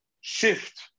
shift